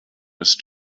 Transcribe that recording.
ist